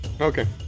Okay